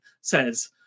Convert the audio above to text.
says